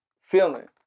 feeling